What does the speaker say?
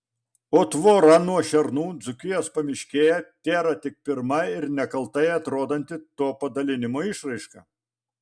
o tvora nuo šernų dzūkijos pamiškėje tėra tik pirma ir nekaltai atrodanti to padalinimo išraiška